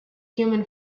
human